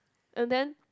and then